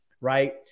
right